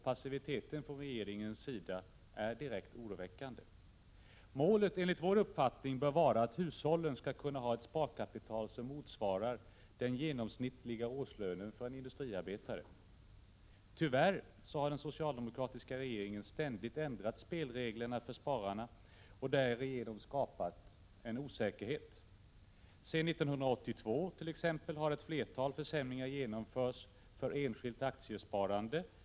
Passiviteten från regeringens sida är direkt oroväckande. Målet bör enligt vår uppfattning vara att hushållen skall kunna ha ett sparkapital som motsvarar den genomsnittliga årslönen för en industriarbetare. Den socialdemokratiska regeringen har tyvärr ständigt ändrat spelreglerna för spararna och därigenom skapat osäkerhet. Sedan 1982 har t.ex. ett flertal försämringar för enskilt aktiesparande genomförts.